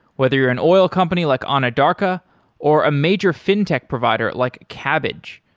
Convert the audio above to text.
whether you're an oil company like anadarko or a major fin-tech provider, like cabbage,